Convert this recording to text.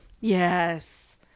Yes